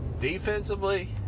defensively